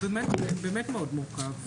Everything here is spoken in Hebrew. זה באמת מאוד מורכב.